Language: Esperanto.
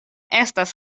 estas